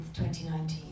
2019